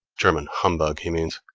german humbug, he means.